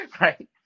right